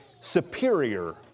superior